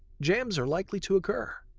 jams are likely to occur.